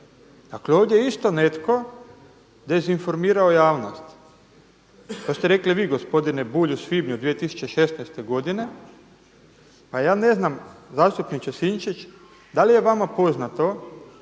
Dakle, ovdje je isto netko dezinformirao javnost. To ste rekli vi gospodine Bulj u svibnju 2016. godine. Pa ja ne znam zastupniče Sinčić da li je vama poznato